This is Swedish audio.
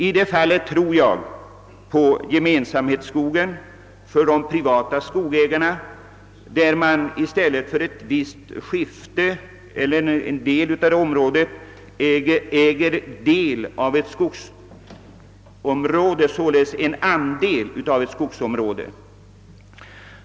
Jag tror i detta fall på gemensamhetsskogen för de privata skogsägarna, varvid dessa i stället för ett visst skifte eller en viss del av ett område äger en andel i ett skogs område.